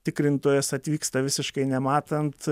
tikrintojas atvyksta visiškai nematant